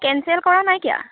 cancel কৰা নাইকিয়া